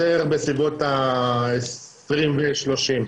יותר בסביבות ה-20 ו-30,